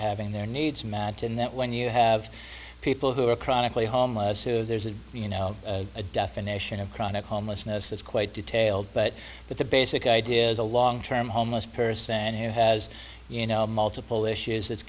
having their needs manton that when you have people who are chronically homeless who there's a you know a definition of chronic homelessness is quite detailed but but the basic idea is a long term homeless person who has you know multiple issues